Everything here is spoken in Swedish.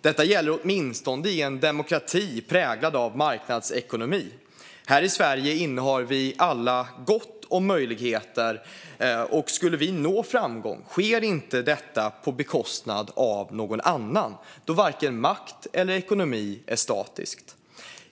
Detta gäller åtminstone i en demokrati som är präglad av marknadsekonomi. Här i Sverige har vi alla gott om möjligheter. Om vi når framgång sker det inte på bekostnad av någon annan då varken makt eller ekonomi är statiska.